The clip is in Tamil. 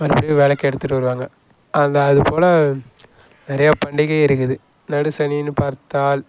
மறுபடியும் விளக்கு எடுத்துட்டு வருவாங்க அந்த அது போல் நிறையா பண்டிகை இருக்குது நடுசனினு பார்த்தால்